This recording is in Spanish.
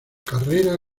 carrera